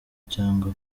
cyangwa